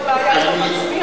לאוזנו,